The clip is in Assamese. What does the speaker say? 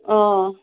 অ